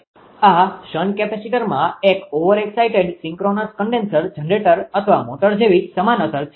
તેથી આ શન્ટ કેપેસિટરમાં એક ઓવરએકઝાઇટેડ સિંક્રોનસ કન્ડેન્સર જનરેટર અથવા મોટર જેવી જ સમાન અસર છે